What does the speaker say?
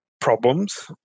problems